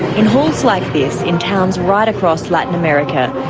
in halls like this in town's right across latin america,